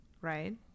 right